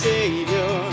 Savior